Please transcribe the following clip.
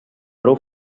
prou